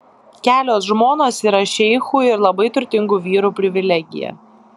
kelios žmonos yra šeichų ir labai turtingų vyrų privilegija